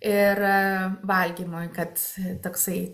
ir valgymui kad toksai